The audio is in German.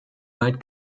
weit